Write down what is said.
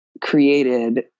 created